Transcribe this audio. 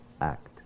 act